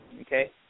okay